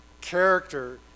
character